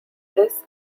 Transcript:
this